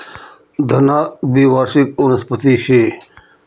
धना द्वीवार्षिक वनस्पती शे